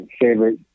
favorite